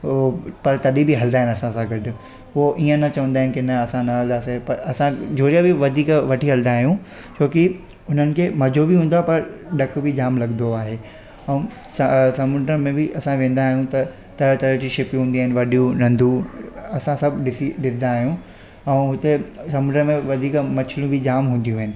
पोइ पर तॾहिं बि हलंदा आहिनि असां सां गॾु उओ ईअं न चवंदा आहिनि की न असां न हलंदासीं पर असां झूला बि वधीक वठी हलंदा आहियूं छो की हुननि खे मज़ो बि ईंदो आहे पर ॾपु बि जाम लॻंदो आहे ऐं आ समुंड में बि असां वेंदा आहियूं त तरह तरह जी शिपूं हूंदियूं आहिनि वॾियूं नंढियूं असां सभु ॾिसी ॾिसंदा आहियूं ऐं हुते समुंड में वधीक मछलियूं बि जाम हूंदियूं आहिनि